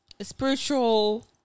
spiritual